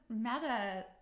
matter